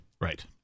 Right